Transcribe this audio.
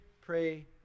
pray